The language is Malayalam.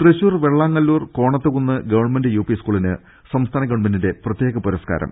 തൃശൂർ വെള്ളാങ്ങല്ലൂർ കോണത്തുകുന്ന് ഗവൺമെന്റ് യുപി സ്കൂളിന് സംസ്ഥാനു ഗവൺമെന്റിന്റെ പ്രത്യേക പുരസ്കാരം